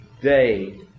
day